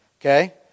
Okay